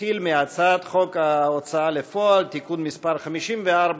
נתחיל בהצעת חוק ההוצאה לפועל (תיקון מס' 54),